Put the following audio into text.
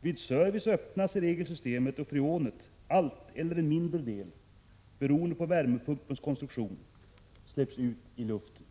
Vid service öppnas i regel systemet och freonet — allt eller en mindre del beroende på värmepumpens konstruktion — släpps ut i luften.